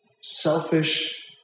selfish